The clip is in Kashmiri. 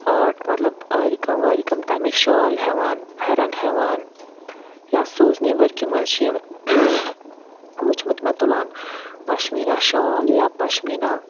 آرٹ مطلب آرِ کٲم وارِ کٲم تَمِکۍ شال ہٮ۪وان فٮ۪رَن ہٮ۪وان یا سوزنی ؤرکہِ منٛز چھِ یِم وٕچھمُت مےٚ تُلان پشمیٖنہ شال یا پشمیٖنہ